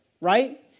Right